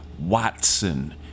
Watson